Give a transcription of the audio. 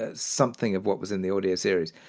ah something of what was in the audio series.